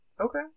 Okay